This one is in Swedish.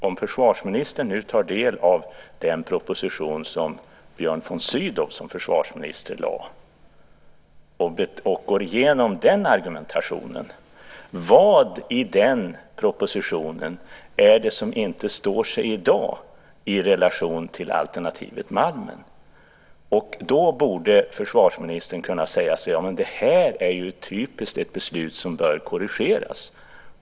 Om försvarsministern nu tar del av den proposition som Björn von Sydow lade fram som försvarsminister och går igenom argumentationen i den, undrar jag vad i den propositionen som inte står sig i dag i relation till alternativet Malmen. Försvarsministern borde kunna säga sig att det här är ett typiskt sådant beslut som bör korrigeras.